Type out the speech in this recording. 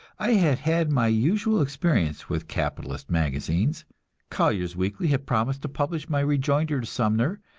i had had my usual experience with capitalist magazines collier's weekly had promised to publish my rejoinder to sumner,